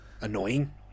annoying